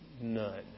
None